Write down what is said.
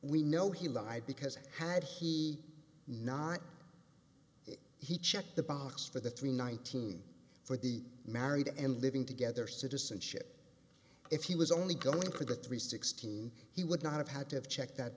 we know he lied because had he not he checked the box for the three nineteen for the married and living together citizenship if he was only going for the three sixteen he would not have had to have checked that